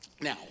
Now